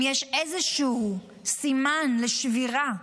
אם יש איזשהו סימן לשבירה,